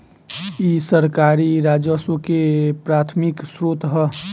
इ सरकारी राजस्व के प्राथमिक स्रोत ह